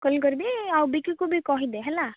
call କରିବି ଆଉ ବିକୁକି ବି କହିଦେ ହେଲା